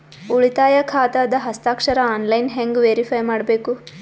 ಉಳಿತಾಯ ಖಾತಾದ ಹಸ್ತಾಕ್ಷರ ಆನ್ಲೈನ್ ಹೆಂಗ್ ವೇರಿಫೈ ಮಾಡಬೇಕು?